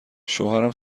شوهرم